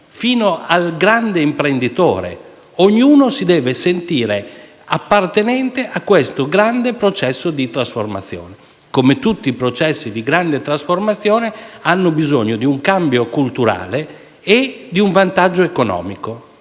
al grande imprenditore. Ognuno si deve sentire appartenente a questo processo che, come tutti i processi di grande trasformazione, ha bisogno di un cambio culturale e di un vantaggio economico.